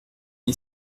une